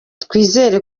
twizeye